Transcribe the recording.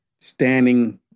standing